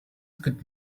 good